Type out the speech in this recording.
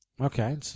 Okay